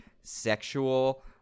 sexual